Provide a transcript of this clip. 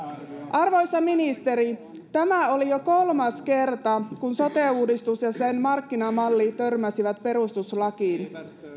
arvoisa ministeri tämä oli jo kolmas kerta kun sote uudistus ja sen markkinamalli törmäsivät perustuslakiin